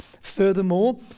Furthermore